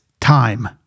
time